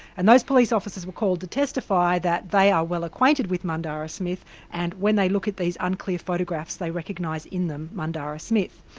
and those police officers were called to testify that they are well acquainted with mundarra smith and when they look at these unclear photographs, they recognise in them mundarra smith.